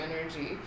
energy